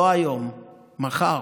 לא היום, מחר,